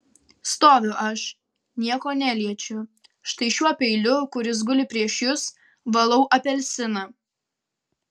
stoviu aš nieko neliečiu štai šiuo peiliu kuris guli prieš jus valau apelsiną